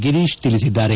ಗಿರೀಶ್ ತಿಳಿಸಿದ್ದಾರೆ